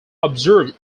observed